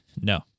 No